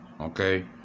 okay